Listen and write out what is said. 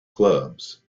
clubs